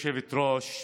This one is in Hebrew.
גברתי היושבת-ראש,